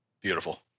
Beautiful